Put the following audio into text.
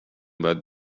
باید